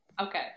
Okay